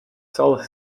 solar